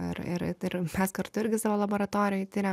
ir ir ir mes kartu irgi savo laboratorijoj tiriam